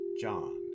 John